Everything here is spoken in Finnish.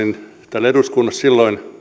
täällä eduskunnassa silloin